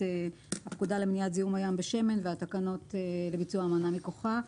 הפקודה למניעת זיהום הים בשמן והתקנות לביצוע --- מכוחה.